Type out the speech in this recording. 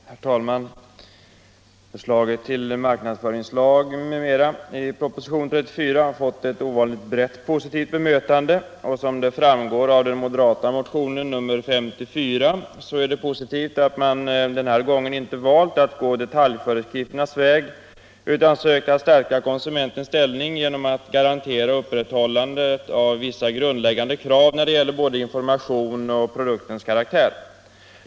Herr talman! Förslaget till marknadsföringslag m.m. i propositionen 1975 76:54 är det positivt att man denna gång inte valt att gå detaljföreskrifternas väg utan sökt stärka konsumentens ställning genom att garantera upprätthållandet av vissa grundläggande krav när det gäller både informationen och produktens karaktär.